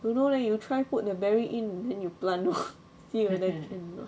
don't know leh you try put the berry in then you plant lor